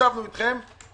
ישבנו אתכם.